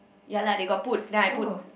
ya lah they got put then I put